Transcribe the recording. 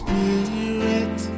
Spirit